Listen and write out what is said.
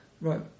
right